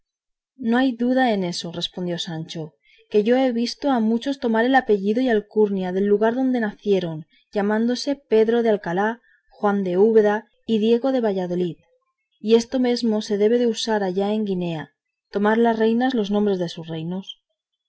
no hay duda en eso respondió sancho que yo he visto a muchos tomar el apellido y alcurnia del lugar donde nacieron llamándose pedro de alcalá juan de úbeda y diego de valladolid y esto mesmo se debe de usar allá en guinea tomar las reinas los nombres de sus reinos